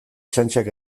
txantxak